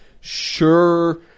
sure